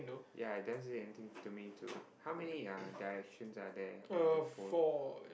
ya does anything to me too how many ya directions are there on the pole